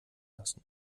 lassen